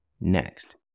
next